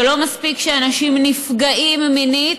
שלא מספיק שאנשים נפגעים מינית,